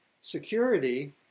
security